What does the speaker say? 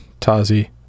Tazi